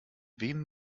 wem